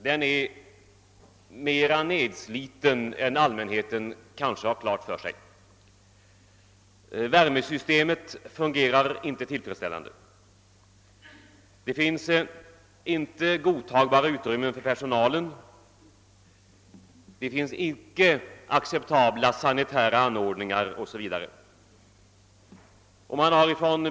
Den är mer nedsliten än allmänheten kanske har klart för sig. Värmesystemet fungerar inte tillfredsställande, det finns inte godtagbara utrymmen för personalen, de sanitära anordningarna är inte acceptabla, o.s.v.